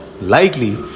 likely